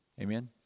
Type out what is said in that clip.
amen